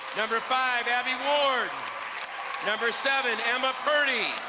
number five, abby ward number seven, emma purdy.